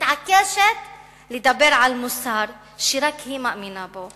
מתעקשת לדבר על מוסר שרק היא מאמינה בו,